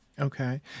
Okay